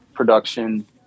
Production